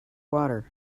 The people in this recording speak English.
water